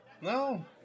No